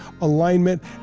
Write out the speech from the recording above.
alignment